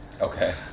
Okay